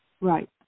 Right